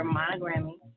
monogramming